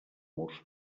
murs